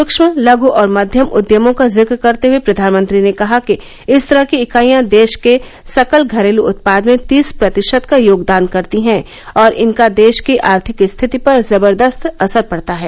सूक्ष्म लघु और मध्यम उद्यमों का जिक्र करते हुए प्रधानमंत्री ने कहा कि इस तरह की इकाइयां देश के सकल घरेलू उत्पाद में तीस प्रतिशत का योगदान करती हैं और इनका देश की आर्थिक स्थिति पर जबर्दस्त असर पड़ता है